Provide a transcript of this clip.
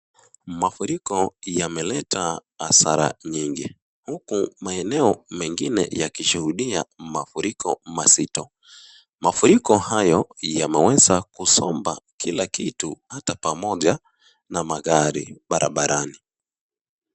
Mafuriko yameleta hasara nyingi huku maeneo mengine yakishuhudia mafuriko mazito, mafuriko hayo yameweza kusomba kila kitu hata pamoja na magari barabarani.